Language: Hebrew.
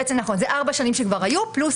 ארבע שנים שכבר היו פלוס